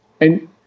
And-